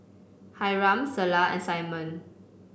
Hyrum Selah and Simon